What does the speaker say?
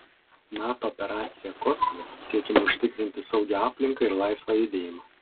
nato operacija kosove siekiama užtikrinti saugią aplinką ir laisvą judėjimą